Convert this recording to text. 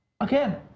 Again